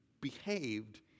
behaved